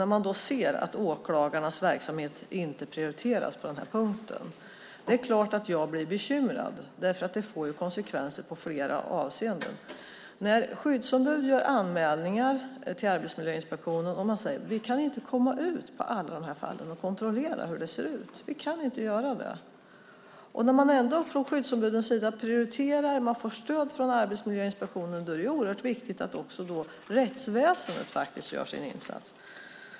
När jag ser att åklagarnas verksamhet inte prioriteras på den här punkten blir jag självklart bekymrad eftersom det får konsekvenser i flera avseenden. När skyddsombud gör anmälningar till Arbetsmiljöinspektionen och de säger att de inte i alla anmälda fall kan komma ut och kontrollera hur det ser ut och när skyddsombuden prioriterar och får stöd från Arbetsmiljöinspektionen är det oerhört viktigt att också rättsväsendet gör sin insats.